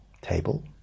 table